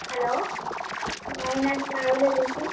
hello Wayanad travel agency